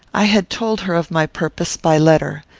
i had told her of my purpose, by letter.